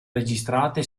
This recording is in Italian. registrate